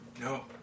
No